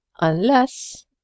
unless—